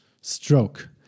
Stroke